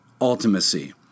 ultimacy